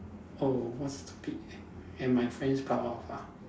oh what stupid things and my friends part of ah